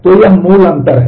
तो यह मूल अंतर है